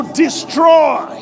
destroy